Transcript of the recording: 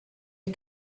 are